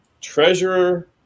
Treasurer